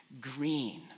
Green